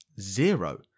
Zero